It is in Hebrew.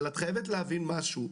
אבל את חייבת להבין משהו.